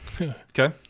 Okay